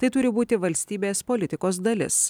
tai turi būti valstybės politikos dalis